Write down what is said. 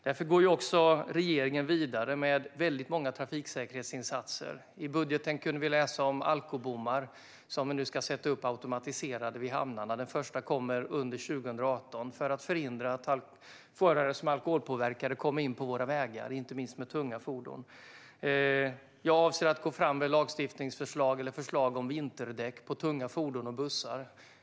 Därför går regeringen vidare med väldigt många trafiksäkerhetsinsatser. I budgeten kunde vi läsa om alkobommar som man nu ska sätta upp automatiserade vid hamnarna. Den första kommer under 2018. De ska förhindra att förare som är alkoholpåverkade kommer in på våra vägar, inte minst med tunga fordon. Jag avser att gå fram med förslag om vinterdäck på tunga fordon och bussar.